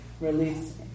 release